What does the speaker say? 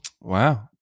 Wow